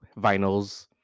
vinyls